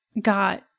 got